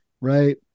right